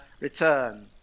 return